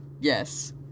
Yes